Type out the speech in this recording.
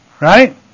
Right